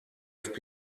dfb